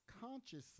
consciously